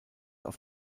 auf